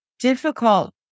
difficult